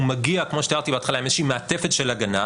הוא מגיע כמו שתיארתי בהתחלה עם איזושהי מעטפת של הגנה,